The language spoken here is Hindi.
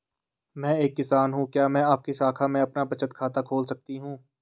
मैं एक किसान हूँ क्या मैं आपकी शाखा में अपना बचत खाता खोल सकती हूँ?